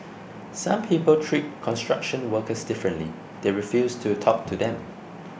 some people treat construction workers differently they refuse to talk to them